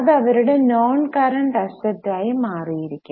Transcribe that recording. അത് അവരുടെ non current asset ആയി മാറിയിരിക്കും